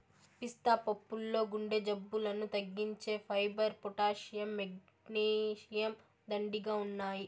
పిస్తా పప్పుల్లో గుండె జబ్బులను తగ్గించే ఫైబర్, పొటాషియం, మెగ్నీషియం, దండిగా ఉన్నాయి